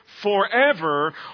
forever